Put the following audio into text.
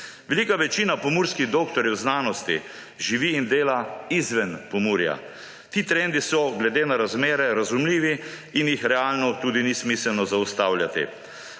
Velika večina pomurskih doktorjev znanosti živi in dela izven Pomurja. Ti trendi so glede na razmere razumljivi in jih realno tudi ni smiselno zaustavljati.